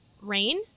rain